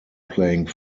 playing